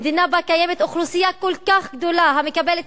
במדינה שבה קיימת אוכלוסייה כל כך גדולה שמקבלת